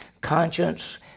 conscience